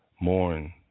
mourn